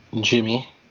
Jimmy